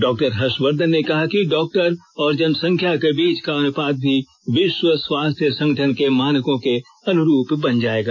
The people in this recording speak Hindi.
डॉक्टर हर्षवर्धन ने कहा कि डॉक्टर और जनसंख्या के बीच का अनुपात भी विश्व स्वास्थ्य संगठन के मानकों के अनुरूप बन जायेगा